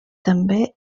també